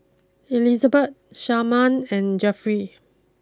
Elizabet Sharman and Jeffrey